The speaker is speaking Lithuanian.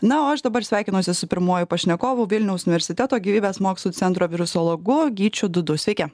na o aš dabar sveikinuosi su pirmuoju pašnekovu vilniaus universiteto gyvybės mokslų centro virusologu gyčiu dudu sveiki